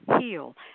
heal